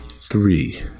three